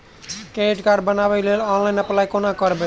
Credit card बनाबै लेल online apply कोना करबै?